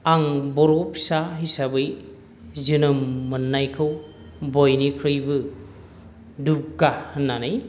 आं बर' फिसा हिसाबै जोनोम मोननायखौ बयनिख्रुइबो दुग्गा होननानै